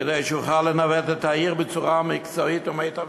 כדי שיוכל לנווט את העיר בצורה מקצועית ומיטבית.